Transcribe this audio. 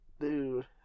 Dude